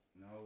No